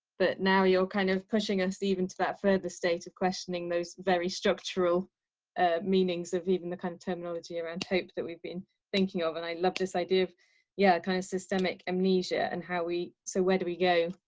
but now you're kind of pushing us even to that further state of questioning. those very structural ah meanings of even the kind of terminology around. hope that we've been thinking of. and i love this idea of yeah, kind of systemic amnesia and how we so where do we go?